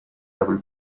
double